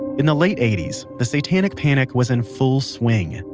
in the late eighty s the satanic panic was in full swing.